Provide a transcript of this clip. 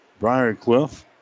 Briarcliff